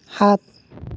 সাত